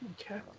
Okay